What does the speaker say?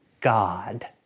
God